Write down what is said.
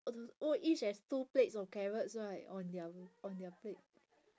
oh each has two plates of carrots right on their on their plate